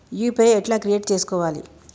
UPI ఎట్లా create చేసుకోవాలి?